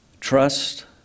trust